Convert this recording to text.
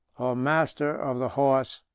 master of the horse,